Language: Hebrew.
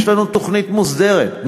יש לנו תוכנית מוסדרת,